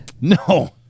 No